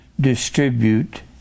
distribute